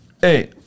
hey